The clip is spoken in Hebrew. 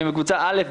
אם הם בקבוצה א',